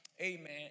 Amen